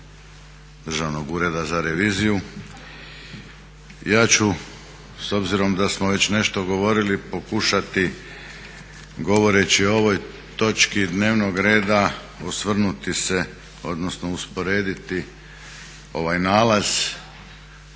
Državnog ureda za reviziju. Ja ću s obzirom da smo već nešto govorili pokušati govoreći o ovoj točki dnevnog reda osvrnuti se odnosno usporediti ovaj nalaz